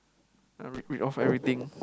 ah read read off everything